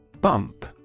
Bump